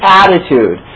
attitude